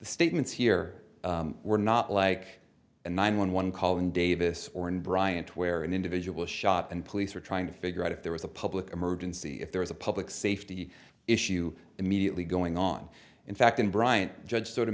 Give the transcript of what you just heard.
statements here were not like a nine one one call in davis or in bryant where an individual shot and police were trying to figure out if there was a public emergency if there was a public safety issue immediately going on in fact in bryant judge